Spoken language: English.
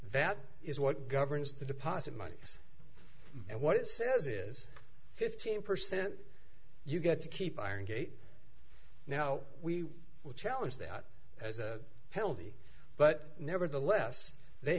that is what governs the deposit money and what it says is fifteen percent you got to keep firing gate now we will challenge that as a penalty but nevertheless they